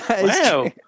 Wow